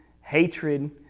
hatred